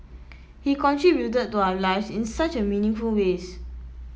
he contributed to our lives in such meaningful ways